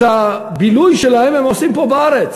את הבילוי שלהם הם עושים פה בארץ.